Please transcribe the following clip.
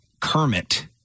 Kermit